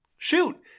Shoot